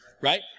right